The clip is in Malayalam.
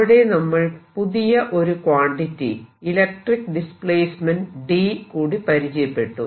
അവിടെ നമ്മൾ പുതിയ ഒരു ക്വാണ്ടിറ്റി ഇലക്ട്രിക്ക് ഡിസ്പ്ലേസ്മെന്റ് D കൂടി പരിചയപ്പെട്ടു